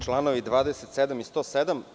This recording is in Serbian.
Članovi 27. i 107.